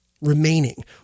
remaining